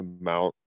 amount